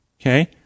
okay